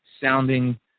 sounding